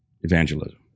evangelism